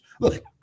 look